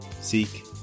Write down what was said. Seek